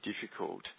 difficult